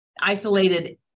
isolated